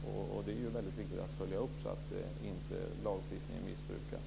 Det är ju väldigt viktigt att följa upp det här, så att inte lagstiftningen missbrukas.